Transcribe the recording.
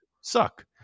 suck